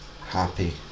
happy